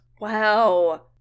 Wow